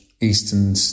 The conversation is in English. eastern